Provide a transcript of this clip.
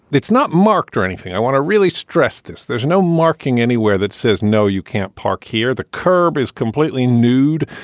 it's not marked or anything. i want to really stress this. there's no marking anywhere that says, no, you can't park here. the curb is completely nude.